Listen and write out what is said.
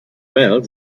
mel